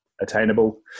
attainable